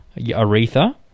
Aretha